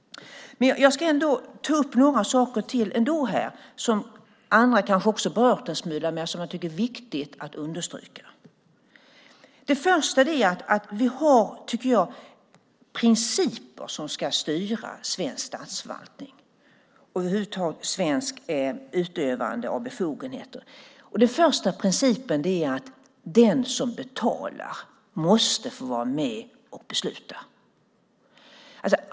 Jag ska ändå ta upp några saker till här som andra kanske också har berört en smula men som jag tycker att det är viktigt att understryka. Det första är att vi har, tycker jag, principer som ska styra svensk statsförvaltning och över huvud taget svenskt utövande av befogenheter. Den första principen är att den som betalar måste få vara med och besluta.